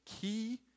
key